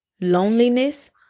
Loneliness